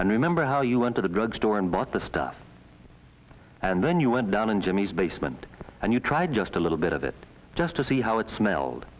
and remember how you went to the drugstore and bought the stuff and then you went down in jimmy's basement and you try just a little bit of it just to see how it smelled